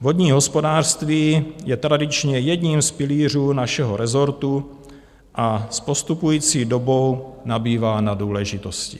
Vodní hospodářství je tradičně jedním z pilířů našeho rezortu a s postupující dobou nabývá na důležitosti.